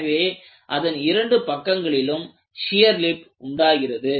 எனவே அதன் இரண்டு பக்கங்களிலும் ஷியர் லிப் உண்டாகிறது